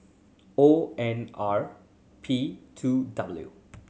O N R P two W